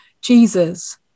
Jesus